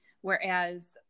whereas